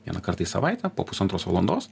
vieną kartą į savaitę po pusantros valandos